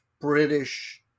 British